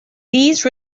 these